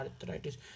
arthritis